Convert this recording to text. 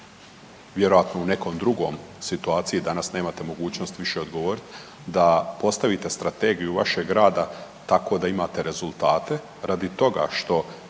vjerojatno u nekoj drugoj situaciji, danas nemate mogućnost više odgovorit da postavite strategiju vašeg rada tako da imate rezultate radi toga što